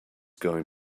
going